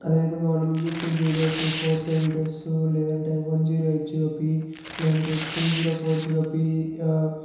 అదేవిధంగా మనం YouTube videos four K videos లేదంటే one zero eight zero P లేదంటే two zero four zero P